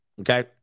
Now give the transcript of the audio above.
okay